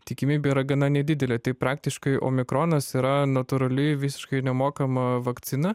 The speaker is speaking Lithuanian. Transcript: tikimybė yra gana nedidelė tai praktiškai omikronas yra natūrali visiškai nemokama vakcina